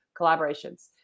collaborations